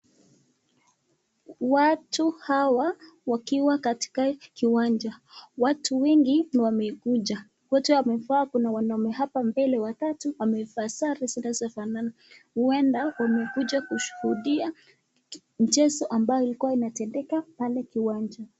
Watu hawa wakiwa katika kiwanja watu wengi wamekuja wote wamevaa kuna wanaume hapa mbele watatu wamevaa sare zinazofanana, huenda wamekuja kushuhudia mchezo ambayo ilikuwa inaendelea hapa kiwanja.